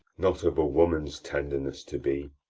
not of a woman's tenderness to be,